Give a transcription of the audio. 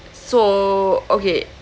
so okay